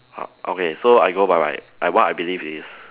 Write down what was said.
okay so I go by my like what I believe is